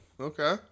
Okay